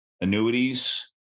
annuities